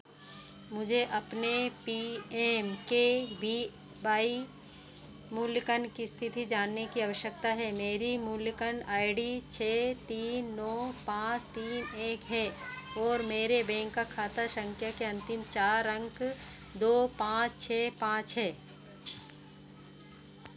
मुझे अपने P M K B Y मूल्याङ्कन की स्थिति जानने की आवश्यकता है मेरी मूल्याङ्कन आई डी छः तीन नौ पाँच तीन एक है और मेरे बैंक खाता संख्या के अंतिम चार अंक दो पाँच छः पाँच है